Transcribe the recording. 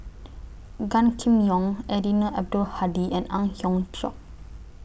Gan Kim Yong Eddino Abdul Hadi and Ang Hiong Chiok